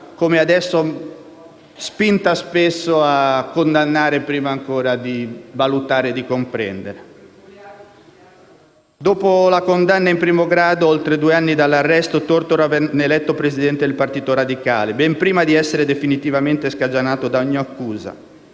come adesso, spinta spesso a condannare prima ancora di valutare e di comprendere. Dopo la condanna in primo grado, ad oltre due anni dall'arresto, Tortora venne eletto presidente del Partito Radicale, ben prima di essere definitivamente scagionato da ogni accusa.